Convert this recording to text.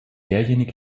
derjenige